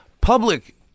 Public